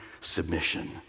submission